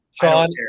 Sean